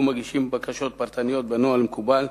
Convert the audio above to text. מגישים בקשות פרטניות בנוהל המקובל,